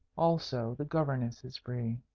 also the governess is free.